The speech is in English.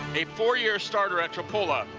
a four-year starter at trapola,